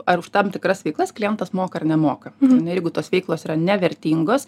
ar už tam tikras veiklas klientas moka ar nemoka na ir jeigu tos veiklos yra nevertingos